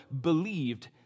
believed